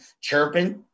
chirping